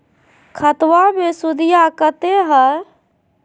खतबा मे सुदीया कते हय?